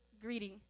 greeting